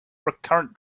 recurrent